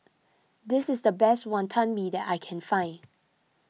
this is the best Wonton Mee that I can find